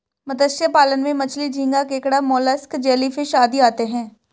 मत्स्य पालन में मछली, झींगा, केकड़ा, मोलस्क, जेलीफिश आदि आते हैं